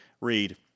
read